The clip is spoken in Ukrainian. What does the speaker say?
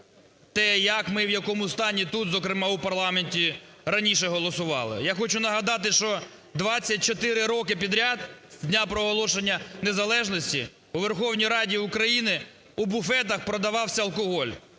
те, як ми, в якому стані, тут, зокрема, у парламенті, раніше голосували. Я хочу нагадати, що 24 роки підряд з дня проголошення незалежності у Верховній Раді України у буфетах продавався алкоголь